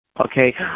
Okay